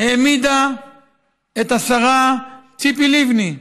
העמידה את השרה ציפי לבני,